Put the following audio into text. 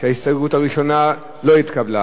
שההסתייגות הראשונה לא התקבלה.